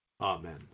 Amen